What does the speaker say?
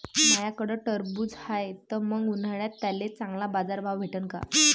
माह्याकडं टरबूज हाये त मंग उन्हाळ्यात त्याले चांगला बाजार भाव भेटन का?